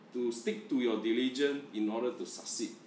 to stick to your diligent in order to succeed